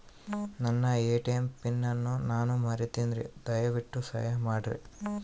ನನ್ನ ATM pin ಅನ್ನು ನಾನು ಮರಿತಿನ್ರಿ, ದಯವಿಟ್ಟು ಸಹಾಯ ಮಾಡ್ರಿ